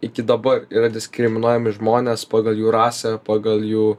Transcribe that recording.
iki dabar yra diskriminuojami žmonės pagal jų rasę pagal jų